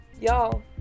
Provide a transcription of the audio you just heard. Y'all